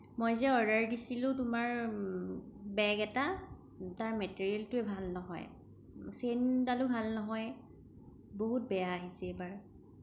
মই যে অৰ্ডাৰ দিছিলোঁ তোমাৰ বেগ এটা তাৰ মেটেৰিয়েলটোৱে ভাল নহয় চেইনদালো ভাল নহয় বহুত বেয়া আহিছে এইবাৰ